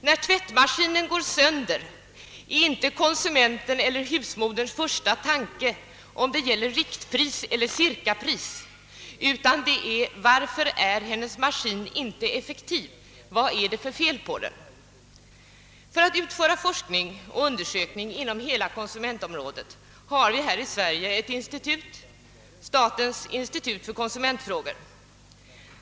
När tvättmaskinen går sönder är inte konsumentens eller husmoderns första tanke om det gäller riktpris eller cirkapris, utan det är varför hennes maskin inte är effektiv, vad det är för fel på den. För att utföra forskning och undersökningar inom hela konsumentområdet har vi här i Sverige ett institut, statens institut för konsumentfrågor.